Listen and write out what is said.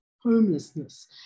homelessness